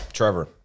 Trevor